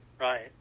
Right